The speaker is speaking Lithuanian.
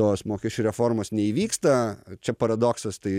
tos mokesčių reformos neįvyksta čia paradoksas tai